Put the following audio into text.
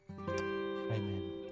Amen